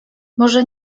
może